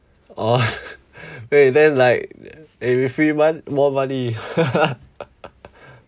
orh wait that's like every three month more money